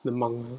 the mang~